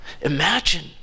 imagine